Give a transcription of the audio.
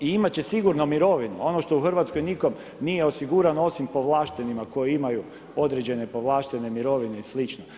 I imat će sigurno mirovinu ono što u Hrvatskoj nikom nije osigurano osim povlaštenima koji imaju određene povlaštene mirovine i sl.